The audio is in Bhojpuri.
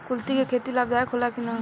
कुलथी के खेती लाभदायक होला कि न?